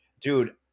Dude